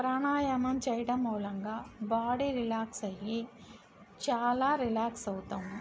ప్రాణాయామం చేయటం మూలంగా బాడీ రిలాక్స్ అయ్యి చాలా రిలాక్స్ అవుతాము